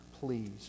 Please